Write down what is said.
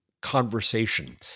conversation